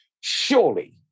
surely